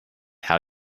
how